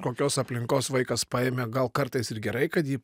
kokios aplinkos vaikas paėmė gal kartais ir gerai kad jį